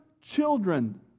children